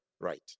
right